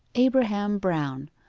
abraham brown,